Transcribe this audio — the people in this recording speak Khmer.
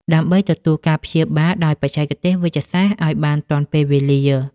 ដើម្បីទទួលការព្យាបាលដោយបច្ចេកទេសវេជ្ជសាស្ត្រឱ្យបានទាន់ពេលវេលា។